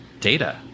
data